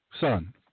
son